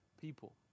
people